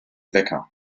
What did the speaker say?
wecker